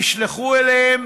נשלחה אליהם